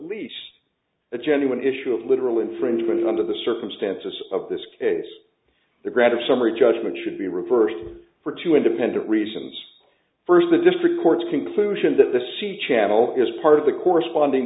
least a genuine issue of literal infringement under the circumstances of this case the ground of summary judgment should be reversed for two independent reasons first the district courts conclusion that the sea channel is part of the corresponding